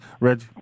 Reg